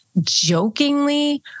jokingly